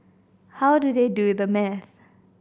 how do they do the math